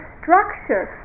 structure